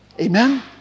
Amen